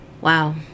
wow